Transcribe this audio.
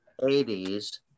80s